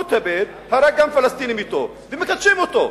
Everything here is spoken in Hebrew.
הוא התאבד, הרג גם פלסטינים אתו, ומקדשים אותו.